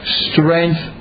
strength